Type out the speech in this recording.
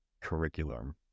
curriculum